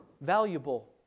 valuable